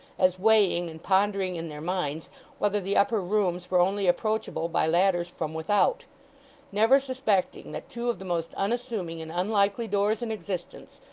as weighing and pondering in their minds whether the upper rooms were only approachable by ladders from without never suspecting that two of the most unassuming and unlikely doors in existence,